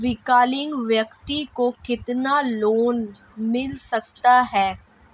विकलांग व्यक्ति को कितना लोंन मिल सकता है?